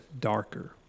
darker